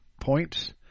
points